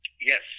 Yes